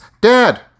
Dad